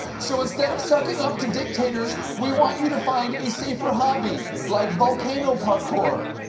so, instead of sucking up to dictators, we want you to find a safer hobby. like volcano parkour,